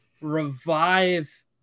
revive